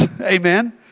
Amen